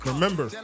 Remember